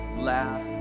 laugh